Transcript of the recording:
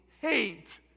hate